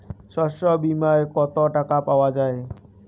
শস্য বিমায় কত টাকা পাওয়া যায়?